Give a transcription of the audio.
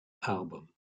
album